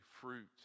fruit